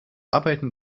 arbeiten